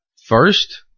First